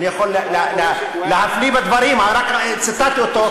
אני יכול להפליא בדברים, רק ציטטתי אותו.